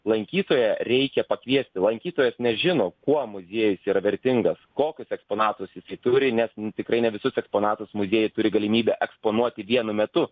lankytoją reikia pakviesti lankytojas nežino kuo muziejus yra vertingas kokius eksponatus jisai turi nes nu tikrai ne visus eksponatus muziejai turi galimybę eksponuoti vienu metu